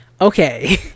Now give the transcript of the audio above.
okay